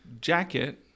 jacket